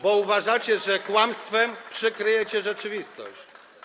bo uważacie, że kłamstwem przykryjecie rzeczywistość.